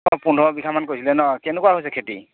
অঁ পোন্ধৰ বিঘামান কৰিছিলে ন কেনেকুৱা হৈছে খেতি